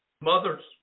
Mothers